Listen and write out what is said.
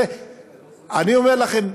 אני אומר לכם,